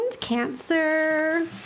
Cancer